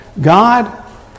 God